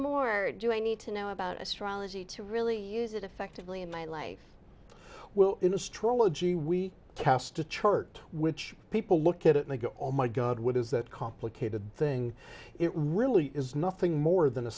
more do i need to know about astrology to really use it effectively in my life well in astrology we cast a chart which people look at it and go oh my god what is that complicated thing it really is nothing more than a